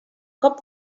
cop